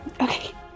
okay